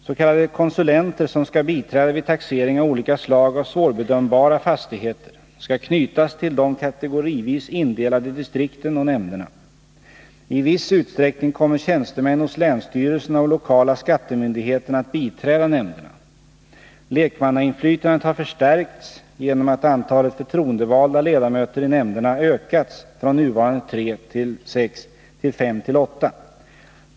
S. k. konsulenter, som skall biträda vid taxering av olika slag av svårbedömbara fastigheter, skall knytas till de kategorivis indelade distrikten och nämnderna. I viss utsträckning kommer tjänstemän hos länsstyrelserna och lokala skattemyndigheterna att biträda nämnderna. Lekmannainflytandet har förstärkts genom att antalet förtroendevalda ledamöter i nämnderna ökats från nuvarande 3-6 till 5-8.